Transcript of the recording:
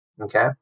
Okay